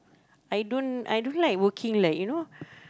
I don't I don't like working like you know